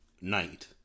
night